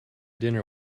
dinner